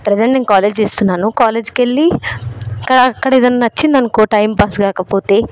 present నేను college చేస్తున్నాను కాలేజ్కు వెళ్ళి ఇంకా అక్కడ ఏదన్నా నచ్చింది అనుకో టైంపాస్ కాకపోతే